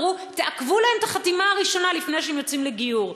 אמרו: תעכבו להם את החתימה הראשונה לפני שהם יוצאים לגיור.